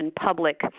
public